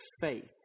faith